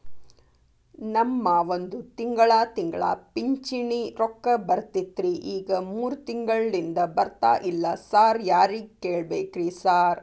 ನಮ್ ಮಾವಂದು ತಿಂಗಳಾ ತಿಂಗಳಾ ಪಿಂಚಿಣಿ ರೊಕ್ಕ ಬರ್ತಿತ್ರಿ ಈಗ ಮೂರ್ ತಿಂಗ್ಳನಿಂದ ಬರ್ತಾ ಇಲ್ಲ ಸಾರ್ ಯಾರಿಗ್ ಕೇಳ್ಬೇಕ್ರಿ ಸಾರ್?